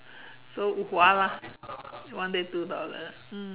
so wu hua lah one day two dollar mm